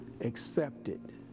accepted